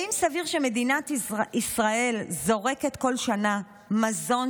האם סביר שמדינת ישראל זורקת כל שנה מזון